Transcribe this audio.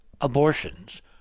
abortions